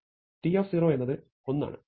T എന്നത് 1 ആണ്